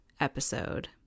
episode